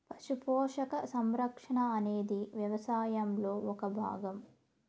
పశు పోషణ, సంరక్షణ అనేది వ్యవసాయంలో ఒక భాగం